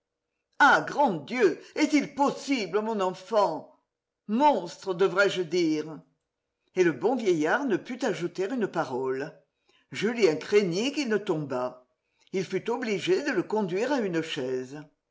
ah grand dieu est-il possible mon enfant monstre devrais-je dire et le bon vieillard ne put ajouter une parole julien craignit qu'il ne tombât il fut obligé de le conduire à une chaise